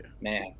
Man